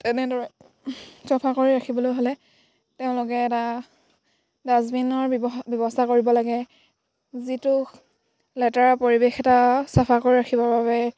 তেনেদৰে চফা কৰি ৰাখিবলৈ হ'লে তেওঁলোকে এটা ডাষ্টবিনৰ ব্যৱস্থা কৰিব লাগে যিটো লেতেৰা পৰিৱেশ এটা চাফা কৰি ৰাখিবৰ বাবে